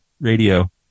Radio